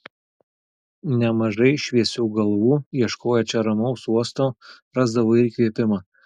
nemažai šviesių galvų ieškoję čia ramaus uosto rasdavo ir įkvėpimą